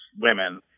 women